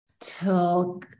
till